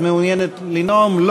את מעוניינת לנאום?